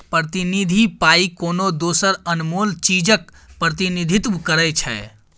प्रतिनिधि पाइ कोनो दोसर अनमोल चीजक प्रतिनिधित्व करै छै